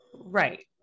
right